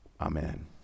Amen